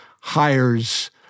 hires